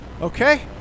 Okay